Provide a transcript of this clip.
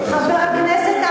חבר הכנסת חזן.